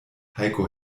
heiko